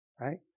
right